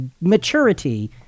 maturity